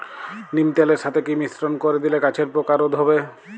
নিম তেলের সাথে কি মিশ্রণ করে দিলে গাছের পোকা রোধ হবে?